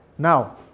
now